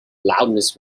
loudness